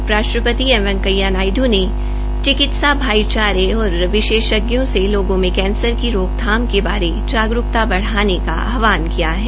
उपराष्ट्रपति एम वैकेंया नायड्र ने चिकित्सा भाइचारे और विशेषज्ञों से लोगों में कैंसर की रोकथाम के बारे जागरूकता बढ़ाने का आहवान किया है